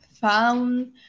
found